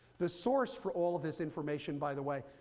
the source for all of this information by the way,